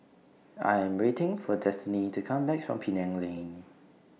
I Am waiting For Destany to Come Back from Penang Lane